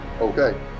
Okay